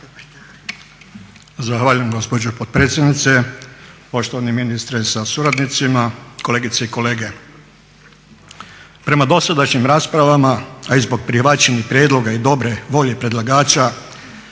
Zahvaljujem gospođo potpredsjednice. Poštovani ministre sa suradnicima, kolegice i kolege. Prema dosadašnjim raspravama, a i zbog prihvaćenih prijedloga i dobre volje predlagača